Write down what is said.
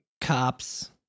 Cops